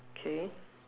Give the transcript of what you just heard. okay